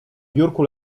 biurku